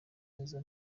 neza